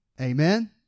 Amen